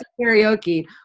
karaoke